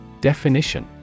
Definition